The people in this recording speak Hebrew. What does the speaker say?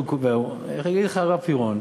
יגיד לך הרב פירון,